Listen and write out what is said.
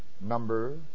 number